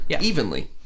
Evenly